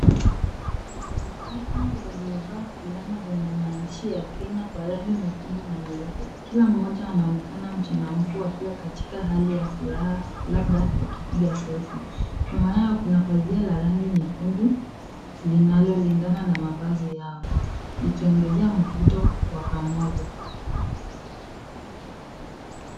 Watu watatu walio vaa fulana zenye maandishi ya Kenya kwa rangi nyekundu na nyeupe, kila mmoja anaonekana mchangamfu akiwa katika hali ya furaha labda wakipiga selfi . Nyuma yao kuna pazia la rangi nyekundu linalolingana na mavazi yao. Likiongezea mvuto wa pamoja.